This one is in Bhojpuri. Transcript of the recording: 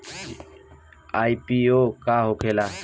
आई.पी.ओ का होखेला?